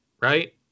right